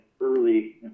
early